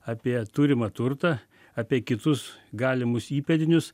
apie turimą turtą apie kitus galimus įpėdinius